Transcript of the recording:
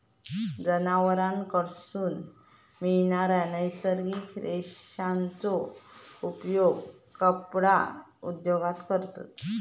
जनावरांकडसून मिळालेल्या नैसर्गिक रेशांचो उपयोग कपडा उद्योगात करतत